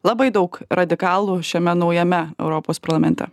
labai daug radikalų šiame naujame europos parlamente